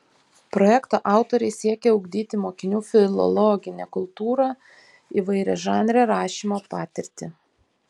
projekto autoriai siekia ugdyti mokinių filologinę kultūrą įvairiažanrę rašymo patirtį